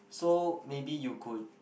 so maybe you could